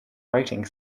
rating